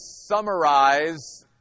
summarize